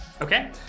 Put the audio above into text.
Okay